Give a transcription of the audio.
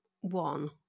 one